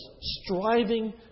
Striving